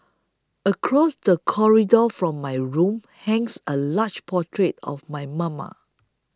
across the corridor from my room hangs a large portrait of my mama